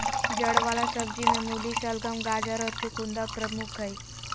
जड़ वला सब्जि में मूली, शलगम, गाजर और चकुंदर प्रमुख हइ